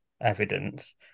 evidence